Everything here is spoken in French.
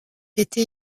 était